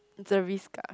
it's a risk ah